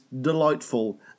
delightful